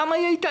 כמה היא הייתה?